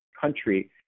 country